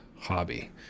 hobby